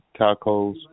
tacos